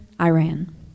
Iran